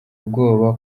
ubwoba